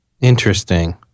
interesting